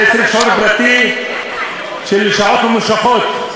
לזה צריך שיעור פרטי של שעות ממושכות.